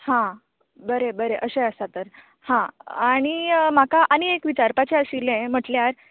हां बरें बरें अशें आसा तर हां आनी म्हाका आनीक एक विचारपाचे आशिल्लें म्हटल्यार